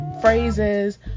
phrases